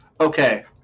Okay